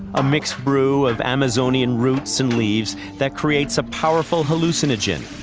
a mixed brew of amazonian roots and leaves that creates a powerful hallucinogen,